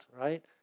right